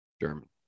German